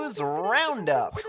Roundup